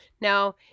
now